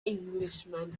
englishman